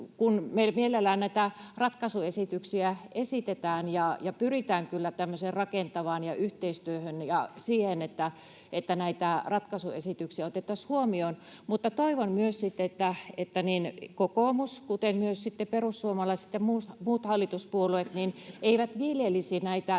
onnistua. Kun näitä ratkaisuesityksiä mielellään esitetään ja pyritään tämmöiseen rakentavaan yhteistyöhön ja siihen, että näitä ratkaisuesityksiä otettaisiin huomioon, niin toivon myös, että niin kokoomus kuin perussuomalaiset ja muutkaan hallituspuolueet eivät viljelisi näitä